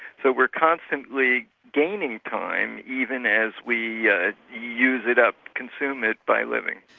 so we're constantly gaining time even as we ah use it up, consume it by living.